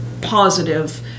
positive